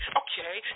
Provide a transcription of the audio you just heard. okay